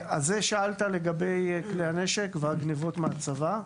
שאלת לגבי כלי הנשק והגנבות מהצבא.